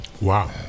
Wow